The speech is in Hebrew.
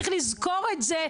צריך לזכור את זה.